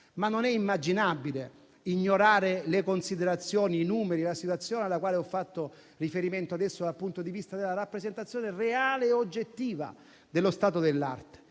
tuttavia immaginabile ignorare le considerazioni, i numeri, la situazione alla quale ho fatto riferimento adesso dal punto di vista della rappresentazione reale e oggettiva dello stato dell'arte.